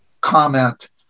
comment